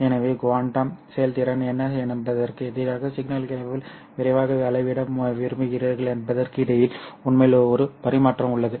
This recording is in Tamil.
எனவே குவாண்டம் செயல்திறன் என்ன என்பதற்கு எதிராக சிக்னல்களை எவ்வளவு விரைவாக அளவிட விரும்புகிறீர்கள் என்பதற்கு இடையில் உண்மையில் ஒரு பரிமாற்றம் உள்ளது